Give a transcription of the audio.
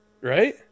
right